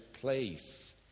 place